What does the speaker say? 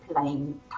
playing